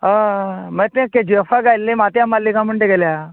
हय मागीर तें केजीएफाक गायिल्लीं माथ्याक माल्ली काय म्हण तेगेल्या